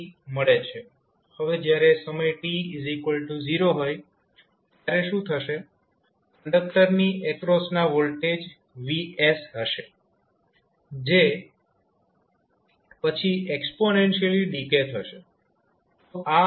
હવે જયારે સમય t0 હોય ત્યારે શું થશે કંડક્ટર ની એક્રોસના વોલ્ટેજ Vs હશે જે પછી એક્સ્પોનેંશિયલી ડીકે થશે